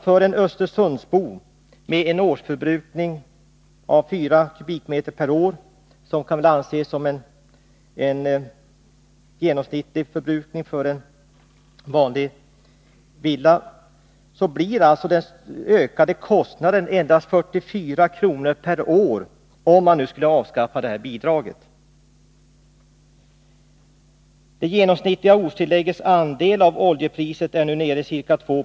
För en östersundsbo med en årsförbrukning av 4 kubikmeter per år, som kan anses som en genomsnittlig förbrukning för en vanlig villa, blir således den ökade kostnaden endast 44 kr. per år, om man skulle avskaffa det här bidraget. Det genomsnittliga ortstilläggets andel av oljepriset är nu nere i ca2 90.